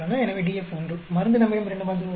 எனவே DF 1 மருந்து நம்மிடம் இரண்டு மருந்துகள் உள்ளன